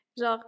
Genre